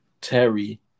Terry